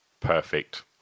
perfect